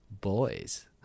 boys